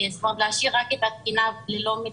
זאת אומרת להשאיר רק את התקינה ללא מדיניות.